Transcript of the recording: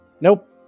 Nope